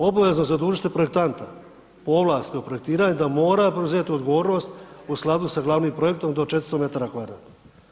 Obavezno zadužiti projektanta po ovlasti o projektiranju da mora preuzeti odgovornost u skladu sa glavnim projektom do 400 metara kvadratnih.